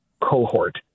cohort